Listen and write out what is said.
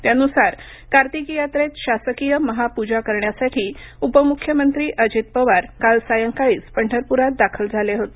त्यानुसार कार्तिकी यात्रेत शासकीय महापूजा करण्यासाठी उपमुख्यमंत्री अजित पवार काल सायंकाळीच पंढरपूरात दाखल झाले होते